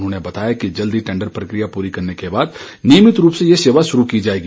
उन्होंने बताया कि जल्द ही टेंडर प्रक्रिया पूरी करने के बाद नियमित रूप से ये सेवा शुरू की जाएगी